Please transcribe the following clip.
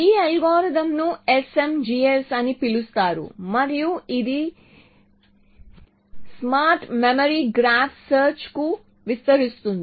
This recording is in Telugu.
ఈ అల్గోరిథంను SMGS అని పిలుస్తారు మరియు ఇది స్మార్ట్ మెమరీ గ్రాఫ్ సెర్చ్ కు విస్తరిస్తుంది